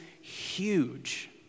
huge